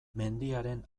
mendiaren